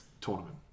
tournament